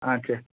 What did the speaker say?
ஆ சரி